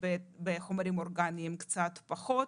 בחומרים אורגניים קצת פחות.